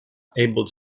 able